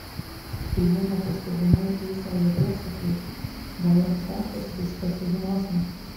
kai jie nepastebimai eisią jo pėdsakais galimas daiktas viską sužinosią